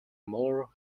more